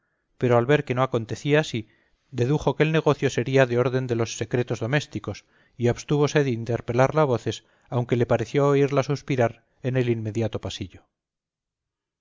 pero al ver que no acontecía así dedujo que el negocio sería del orden de los secretos domésticos y abstúvose de interpelarla a voces aunque le pareció oírla suspirar en el inmediato pasillo